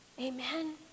amen